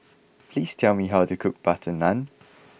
please tell me how to cook Butter Naan